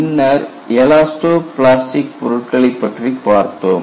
பின்னர் elastoplastic பொருட்களைப் பற்றி பார்த்தோம்